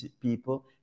people